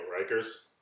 Rikers